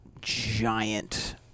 giant